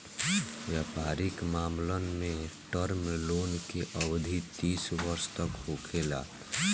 वयपारिक मामलन में टर्म लोन के अवधि तीस वर्ष तक हो सकेला